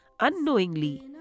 Unknowingly